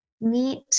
meet